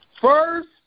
First